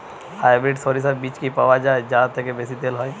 Hybrid শরিষা বীজ কি পাওয়া য়ায় যা থেকে বেশি তেল হয়?